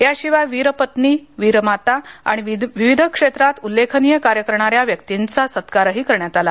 याशिवाय वीरपत्नी वीरमाता आणि विविध क्षेत्रात उल्लेखनीय कार्य करणाऱ्या व्यक्तींचा सत्कारही करण्यात आला